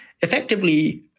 effectively